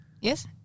Yes